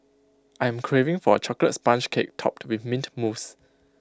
I am craving for A Chocolate Sponge Cake Topped with Mint Mousse